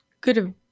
good